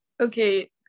Okay